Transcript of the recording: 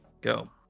Go